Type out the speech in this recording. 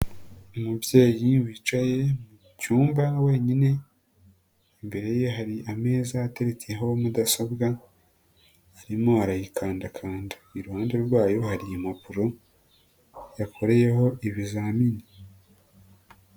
Umubyeyi wicaye mu cyumba wenyine, imbere ye hari ameza atetseyeho mudasobwa, arimo arayikandakanda, iruhande rwayo hari impapuro, yakoreyeho ibizamini.